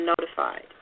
notified